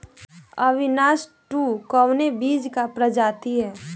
अविनाश टू कवने बीज क प्रजाति ह?